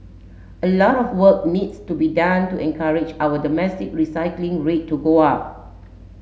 a lot of work needs to be done to encourage our domestic recycling rate to go up